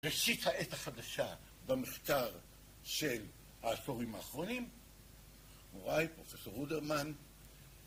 ראשית העת החדשה במחקר של העשורים האחרונים מוריי, פרופ' הודרמן